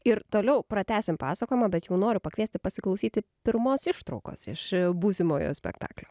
ir toliau pratęsim pasakojimą bet jau noriu pakviesti pasiklausyti pirmos ištraukos iš būsimojo spektaklio